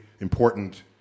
important